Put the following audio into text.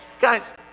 Guys